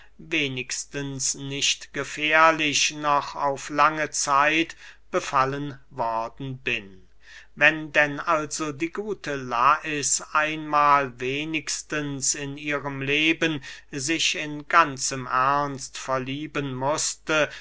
wenigstens nicht gefährlich noch auf lange zeit befallen worden bin wenn denn also die gute lais einmahl wenigstens in ihrem leben sich in ganzem ernst verlieben mußte